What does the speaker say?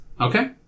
Okay